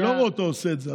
אני לא רואה אותו עושה את זה.